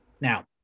now